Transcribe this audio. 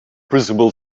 principal